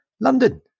London